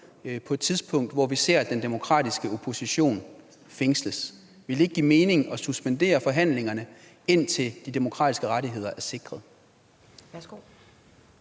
på et tidspunkt, hvor vi ser, at den demokratiske opposition fængsles. Ville det ikke give mening at suspendere forhandlingerne, indtil de demokratiske rettigheder er sikret?